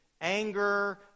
anger